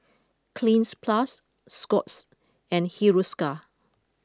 Cleanz plus Scott's and Hiruscar